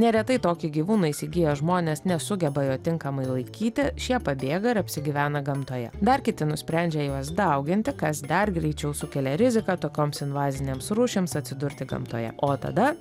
neretai tokį gyvūną įsigiję žmonės nesugeba jo tinkamai laikyti šie pabėga ir apsigyvena gamtoje dar kiti nusprendžia juos dauginti kas dar greičiau sukelia riziką tokioms invazinėms rūšims atsidurti gamtoje o tada